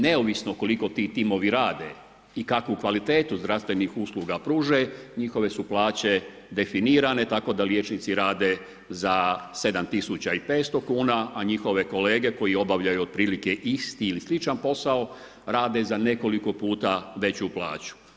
Neovisno koliko ti timovi rade i kakvu kvalitetu zdravstvenih usluga pruže njihove su plaće definirane tako da liječnici rade za 750 kuna a njihove kolege koji obavljaju otprilike isti ili sličan posao rade za nekoliko puta veću plaću.